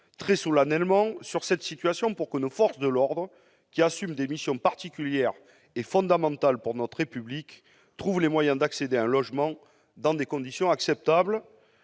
très solennellement, monsieur le secrétaire d'État, pour que nos forces de l'ordre, qui assument des missions particulières et fondamentales pour notre République, trouvent les moyens d'accéder à un logement dans des conditions acceptables.